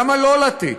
למה לא לתת,